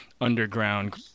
underground